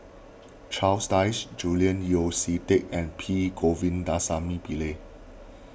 Charles Dyce Julian Yeo See Teck and P Govindasamy Pillai